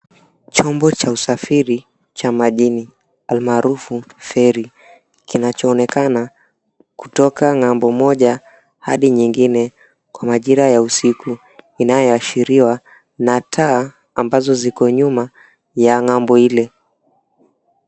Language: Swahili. Chombo cha usafiri cha majini almaarufu feri kinachoonekana kutoka ng'ambo moja hadi nyingine kwa majira ya usiku inayoashiriwa na taa ambazo ziko nyuma ya ng'ambo ile.